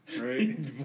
right